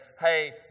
Hey